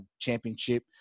championship